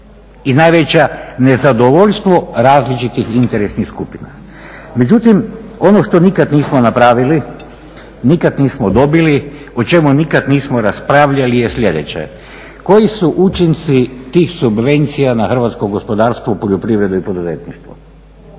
i najveće nezadovoljstvo različitih interesnih skupina. Međutim ono što nikada nismo napravili, nikada nismo dobili, o čemu nikad nismo raspravljali je sljedeće, koji su učinci tih subvencija na hrvatsko gospodarstvo, poljoprivredu i poduzetništvo?